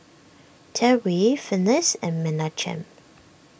Terri Finis and Menachem